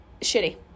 Shitty